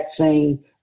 vaccine